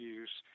use